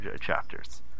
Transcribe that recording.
chapters